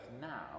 now